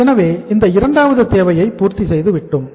எனவே இந்த இரண்டாவது தேவையை பூர்த்தி செய்து விட்டோம்